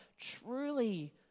truly